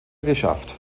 geschafft